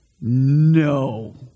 No